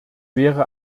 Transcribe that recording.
wäre